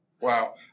wow